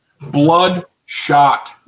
Bloodshot